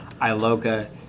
ILoka